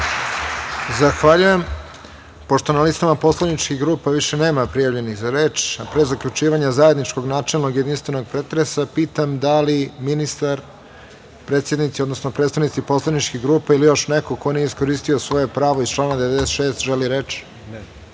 Zahvaljujem. Pošto na listama poslaničkih grupa više nema prijavljenih za reč, a pre zaključivanja zajedničkog načelnog i jedinstvenog pretresa, pitam da li žele reč ministar, predsednici, odnosno predstavnici poslaničkih grupa ili još neko ko nije iskoristio svoje pravo iz člana 96?